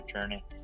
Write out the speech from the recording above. journey